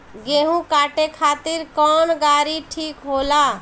गेहूं काटे खातिर कौन गाड़ी ठीक होला?